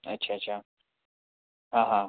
अच्छा अच्छा हाँ हाँ